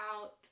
out